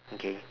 okay